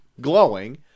glowing